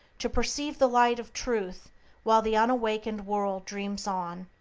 to perceive the light of truth while the unawakened world dreams on.